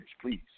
please